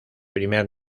primer